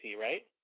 right